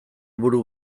buru